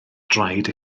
draed